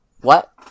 What-